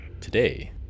today